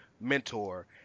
mentor